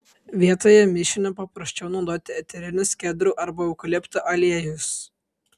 vietoje mišinio paprasčiau naudoti eterinius kedrų arba eukaliptų aliejus